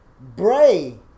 Bray